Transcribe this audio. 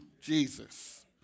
Jesus